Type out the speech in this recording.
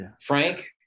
Frank